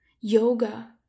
Yoga